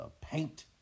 Paint